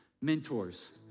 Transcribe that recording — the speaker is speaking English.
mentors